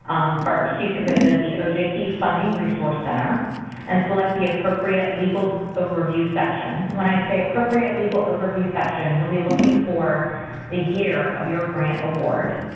first, you could visit the ojp funding resourcecenter and select the appropriate legal overview section. when i say appropriate legal overview section, you'll be looking for the year of your grant award.